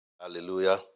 Hallelujah